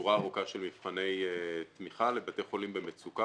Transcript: שורה ארוכה של מבחני תמיכה לבתי חולים במצוקה